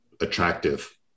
attractive